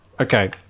Okay